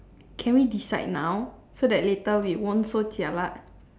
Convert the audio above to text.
can we decide now so that later we won't so jialat